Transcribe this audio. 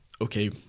okay